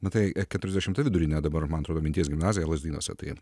nu tai keturiasdešimta vidurinė dabar man atrodo minties gimnazija lazdynuose tai